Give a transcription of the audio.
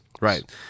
Right